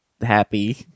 happy